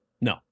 No